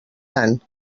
tant